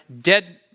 dead